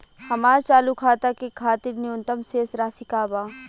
हमार चालू खाता के खातिर न्यूनतम शेष राशि का बा?